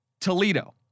Toledo